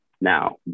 now